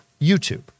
YouTube